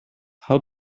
how